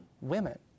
women